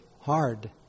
hard